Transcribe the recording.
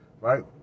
Right